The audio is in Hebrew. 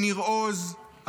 מניר עוז,